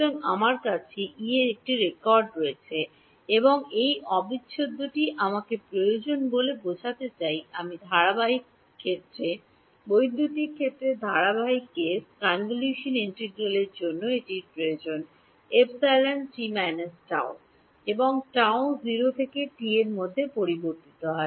সুতরাং আমার কাছে ই এর একটি রেকর্ড রয়েছে এবং এই অবিচ্ছেদ্যটি আমাকে প্রয়োজন বলে বোঝাতে চাই আমি ধারাবাহিক ক্ষেত্রে বৈদ্যুতিক ক্ষেত্রের ধারাবাহিক কেস কনভোলশন ইন্টিগ্রালের জন্য এটি প্রয়োজন E t τ এবং τ 0 থেকে t এর মধ্যে পরিবর্তিত হয়